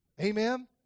Amen